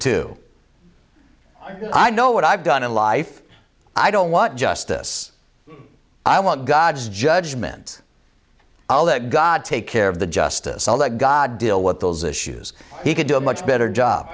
too i know what i've done in life i don't want justice i want god's judgment all that god take care of the justice all that god deal with those issues he could do a much better job